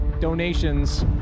donations